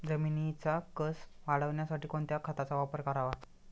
जमिनीचा कसं वाढवण्यासाठी कोणत्या खताचा वापर करावा?